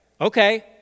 Okay